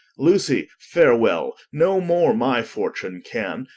lucie farewell, no more my fortune can,